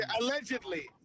Allegedly